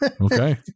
Okay